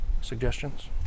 suggestions